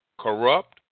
corrupt